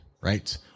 right